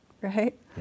right